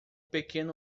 pequeno